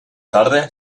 tarde